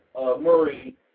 Murray